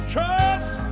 Trust